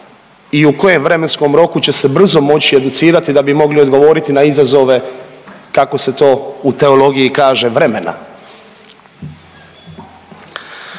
i u kojem vremenskom roku će se brzo moći educirati da bi mogli odgovoriti na izazove kako se to u teologiji kaže, vremena.